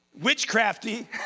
witchcrafty